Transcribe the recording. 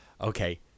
Okay